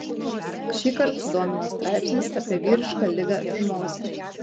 šįkart sudomino straipsnis apie vyrišką ligą fimozę